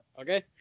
okay